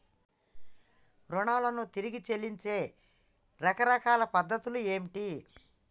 రుణాలను తిరిగి చెల్లించే రకరకాల పద్ధతులు ఏంటి?